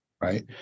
Right